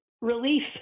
relief